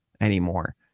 anymore